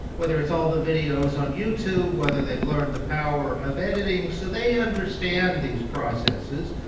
whether it's all the videos on youtube, whether they've learned the power of editing. so they understand these processes.